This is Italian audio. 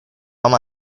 ama